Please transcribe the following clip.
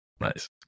Nice